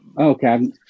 Okay